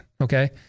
okay